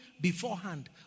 beforehand